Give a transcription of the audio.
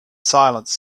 silence